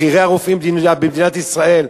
בכירי הרופאים במדינת ישראל,